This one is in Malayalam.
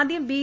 ആദ്യം ബി